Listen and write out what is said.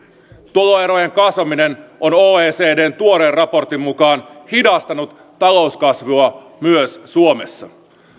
tuloerojen kasvaminen on oecdn tuoreen raportin mukaan hidastanut talouskasvua myös suomessa